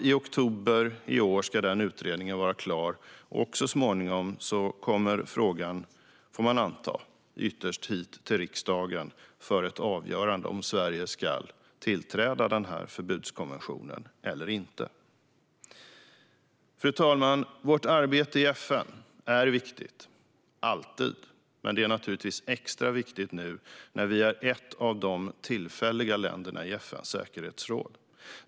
I oktober i år ska utredningen vara klar, och så småningom kommer frågan, får man anta, hit till riksdagen, som ska avgöra om Sverige ska tillträda förbudskonventionen eller inte. Fru talman! Vårt arbete i FN är alltid viktigt, men det är naturligtvis extra viktigt nu när vi är ett av de tillfälliga länderna i FN:s säkerhetsråd.